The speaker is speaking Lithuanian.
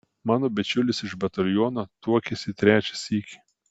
mano bičiulis iš bataliono tuokėsi trečią sykį